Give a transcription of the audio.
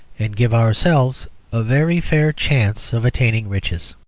and give ourselves a very fair chance of attaining riches.